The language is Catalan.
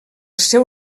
seu